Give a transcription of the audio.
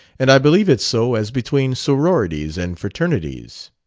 and i believe it's so as between sororities and fraternities.